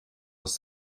aus